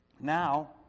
now